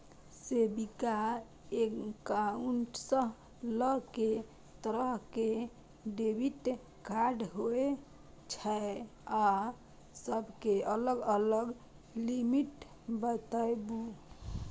Saving accounts ल के तरह के डेबिट कार्ड होय छै आ सब के अलग अलग लिमिट बताबू?